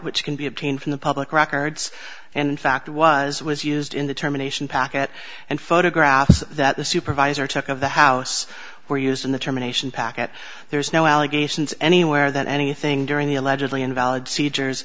which can be obtained from the public records and in fact was was used in the terminations packet and photographs that the supervisor took of the house were used in the termination packet there is no allegations anywhere that anything during the allegedly invalid